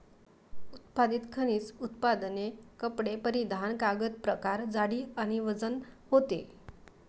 उत्पादित खनिज उत्पादने कपडे परिधान कागद प्रकार जाडी आणि वजन होते